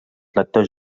lectors